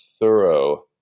thorough